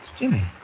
Jimmy